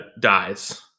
dies